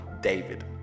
David